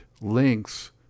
links